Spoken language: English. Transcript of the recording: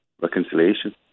reconciliation